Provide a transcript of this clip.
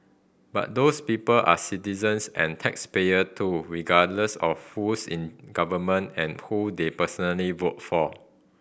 but those people are citizens and taxpayer too regardless of who's in government and who they personally voted for